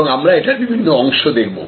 এখন আমরা এটার বিভিন্ন অংশ দেখব